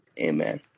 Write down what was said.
Amen